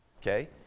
Okay